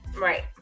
Right